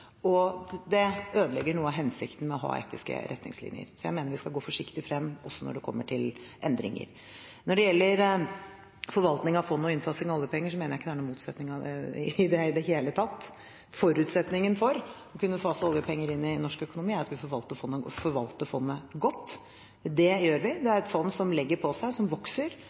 og det ødelegger noe av hensikten med å ha etiske retningslinjer. Så jeg mener vi skal gå forsiktig frem også når det kommer til endringer. Når det gjelder forvaltning av fondet og innfasing av oljepenger, mener jeg ikke det er noen motsetning i det i det hele tatt. Forutsetningen for å kunne fase oljepenger inn i norsk økonomi er at vi forvalter fondet godt. Det gjør vi. Det er et fond som legger på seg, som vokser,